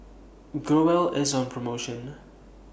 Growell IS on promotion